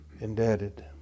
indebted